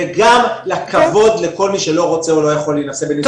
וגם כבוד לכל מי שלא רוצה או לא יכול להינשא בנישואים דתיים.